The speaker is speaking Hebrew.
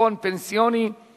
אחד מתנגד ושניים נמנעים.